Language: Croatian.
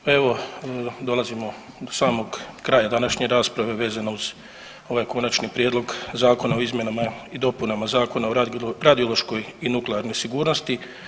Pa evo, dolazimo do samog kraja današnje rasprave vezano uz ovaj Konačni prijedlog zakona o izmjenama i dopunama Zakona o radiološkoj i nuklearnoj sigurnosti.